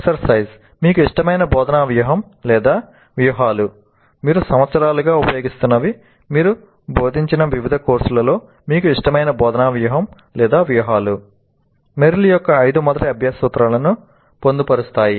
exercise Merrill యొక్క ఐదు మొదటి అభ్యాస సూత్రాలను పొందుపరుస్తాయి